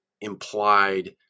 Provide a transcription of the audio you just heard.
implied